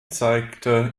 zeige